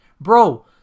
Bro